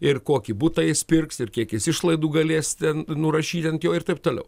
ir kokį butą jis pirks ir kiek jis išlaidų galės ten nurašyti ant jo ir taip toliau